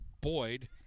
Boyd